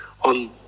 on